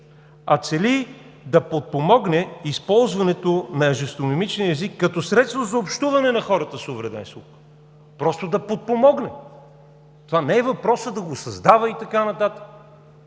а цели да подпомогне използването на жестомимичния език като средство за общуване на хората с увреден слух, просто да подпомогне. Не е въпросът да го създава и така нататък.